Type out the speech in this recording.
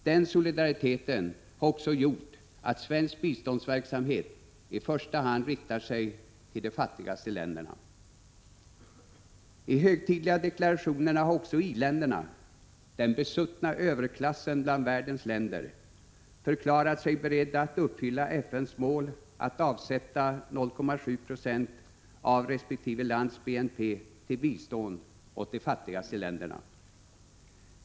Den solidariteten har också gjort att svensk biståndsverksamhet i första hand riktar sig till de fattigaste länderna. I högtidliga deklarationer har också i-länderna, den besuttna överklassen bland världens länder, förklarat sig beredda att uppfylla FN:s mål att avsätta 0,7 70 av resp. lands BNP till bistånd åt de fattigaste länderna.